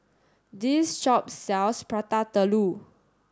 this shop sells Prata Telur